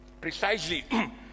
precisely